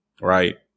Right